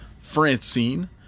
Francine